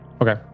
Okay